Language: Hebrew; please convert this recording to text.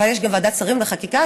ויש את ועדת שרים לחקיקה,